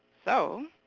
so